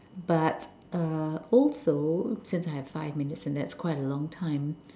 but uh also since I have five minutes and that's quite a long time